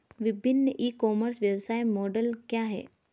विभिन्न e commerce व्यवसाय model क्या हैं?